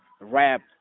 rap